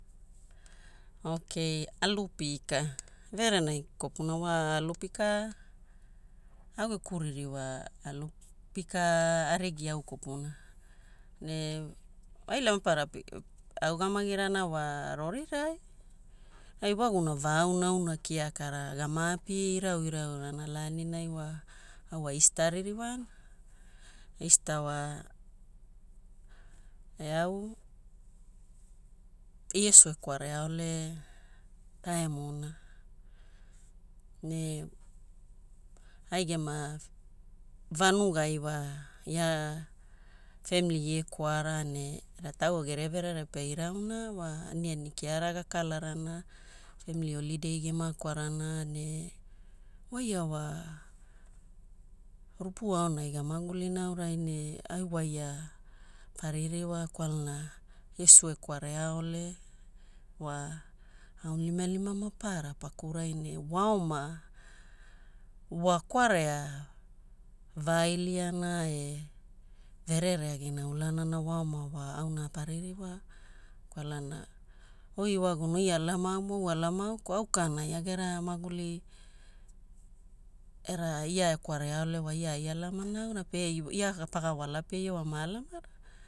Ok, alupika. Everenagi kopuna wa alupika au geku ririwa alupika arigi au kopuna? Ne waila maparara augamgirana wa rorirai. A iwaguna va aunaauna kiakara gama api irau iraurana laaninai wa au wa Easter aririwaana. Easter wa eau Iesu ekwareaole taimuna. Ne ai gema vanugai wa ia family ie kwara ne wa tauwau geria verere pe irau na wa aniani kiara gakalarana, family holiday gema kwarana ne waia wa rupu aonai gamagulina aurai ne au waia paririwaa kwalana wa Iesu ekwareaole wa aunilimalima pakurai ne waoma wa kwarea vailiana e verereagina ulanana waoma wa auna paririwaa. Kwalana oi iwaguna oi alama aumu au alama auku au kana ia gera maguli era ia ekwareaole wa ia ai alamana auna pe ia paga wala pe ia wa ma alamara.